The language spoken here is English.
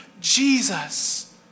Jesus